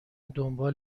دنبال